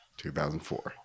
2004